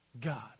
God